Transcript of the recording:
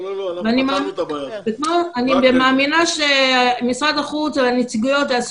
אני מאמינה שמשרד החוץ או הנציגויות יעשו